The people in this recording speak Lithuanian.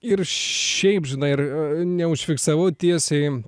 ir šiaip žinai ir neužfiksavau tiesiai